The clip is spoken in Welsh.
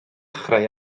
chreu